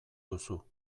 duzu